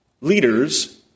Leaders